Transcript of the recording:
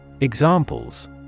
Examples